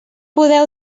poder